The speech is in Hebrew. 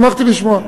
שמחתי לשמוע.